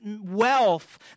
wealth